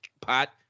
pot